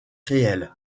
réelle